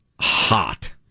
hot